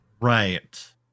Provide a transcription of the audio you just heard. Right